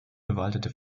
bewaldete